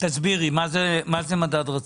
תסבירי מה זה מדד רציף.